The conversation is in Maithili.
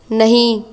नहि